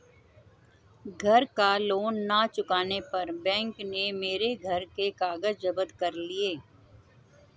घर का लोन ना चुकाने पर बैंक ने मेरे घर के कागज जप्त कर लिए